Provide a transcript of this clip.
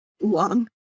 long